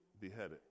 beheaded